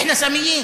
(אומר בערבית: